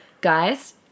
guys